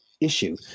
issue